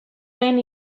lehen